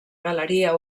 galeria